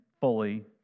fully